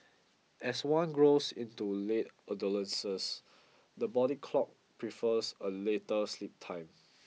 as one grows into late adolescence the body clock prefers a later sleep time